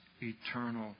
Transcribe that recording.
eternal